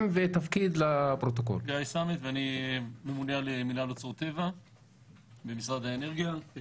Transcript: אני ממונה על מינהל אוצרות טבע במשרד האנרגיה.